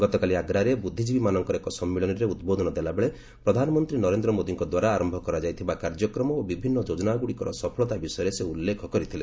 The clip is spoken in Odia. ଗତକାଲି ଆଗ୍ରାରେ ବୃଦ୍ଧିଜ୍ଞୀବୀମାନଙ୍କର ଏକ ସମ୍ମିଳନୀରେ ଉଦ୍ବୋଧନ ଦେଲାବେଳେ ପ୍ରଧାନମନ୍ତ୍ରୀ ନରେନ୍ଦ୍ର ମୋଦିଙ୍କ ଦ୍ୱାରା ଆରମ୍ଭ କରାଯାଇଥିବା କାର୍ଯ୍ୟକ୍ରମ ଓ ବିଭିନ୍ନ ଯୋଜନାଗୁଡ଼ିକର ସଫଳତା ବିଷୟରେ ସେ ଉଲ୍ଲେଖ କରିଥିଲେ